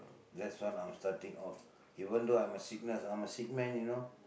that's why I'm starting off even though I'm a sickness I'm a sick man you know